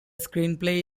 screenplay